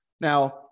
Now